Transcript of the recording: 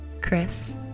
Chris